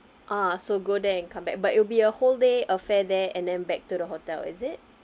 ah so go there and come back but it will be a whole day affair there and then back to the hotel is it